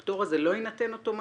הפטור הזה לא יינתן אוטומטית?